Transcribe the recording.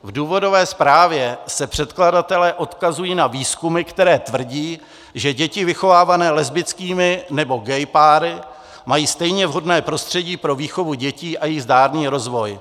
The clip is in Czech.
V důvodové zprávě se předkladatelé odkazují na výzkumy, které tvrdí, že děti vychovávané lesbickými nebo gay páry mají stejně vhodné prostředí pro výchovu dětí a jejich zdárný rozvoj.